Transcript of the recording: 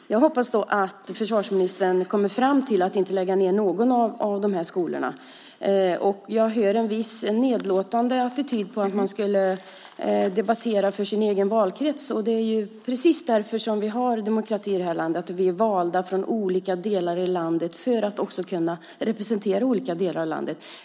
Fru talman! Jag hoppas då att försvarsministern kommer fram till att inte lägga ned någon av de här skolorna. Jag hör en viss nedlåtande attityd mot att man skulle tala för sin egen valkrets. Det är precis därför som vi har demokrati i det här landet. Vi är valda från olika delar av landet för att kunna representera olika delar av landet.